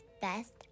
best